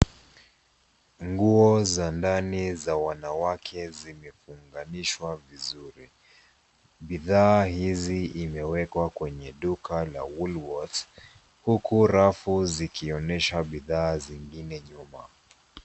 Nguo za ndani za wanawake zimefunganishwa vizuri . Bidhaa hizi imewekwa kwenye duka la Woolworths, huku rafu zikionyesha bidhaa zingine nyuma.